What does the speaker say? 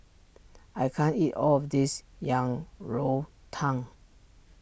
I can't eat all of this Yang Rou Tang